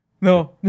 No